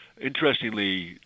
Interestingly